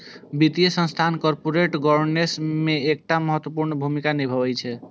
वित्तीय संस्थान corporate governance मे एकटा महत्वपूर्ण भूमिका निभाबै छै